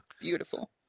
Beautiful